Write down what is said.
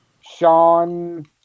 Sean